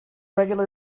regular